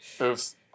Oops